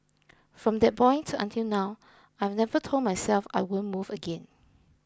from that point until now I've never told myself I won't move again